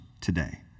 today